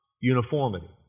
uniformity